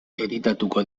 editatuko